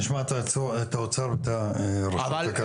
תיכף אנחנו נשמע את האוצר ואת הרשות למקרקעין.